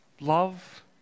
love